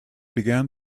began